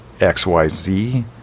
XYZ